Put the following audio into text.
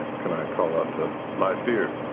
can i call out to lythir?